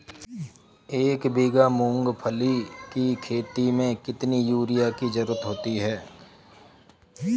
एक बीघा मूंगफली की खेती में कितनी यूरिया की ज़रुरत होती है?